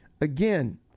again